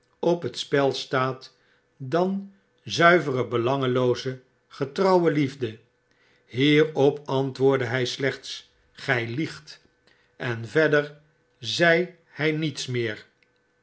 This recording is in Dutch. op het spel staat dan zuivere belangeooze getrouwe liefde flierop antwoordde hij slecbts gij liegt en verder zei hij niets meer